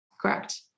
Correct